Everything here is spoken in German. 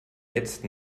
jetzt